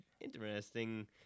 interesting